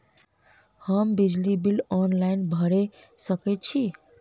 हम बिजली bill online भैर सकै छी?